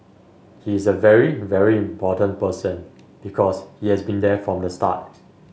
he is a very very important person because he has been there from the start